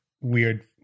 weird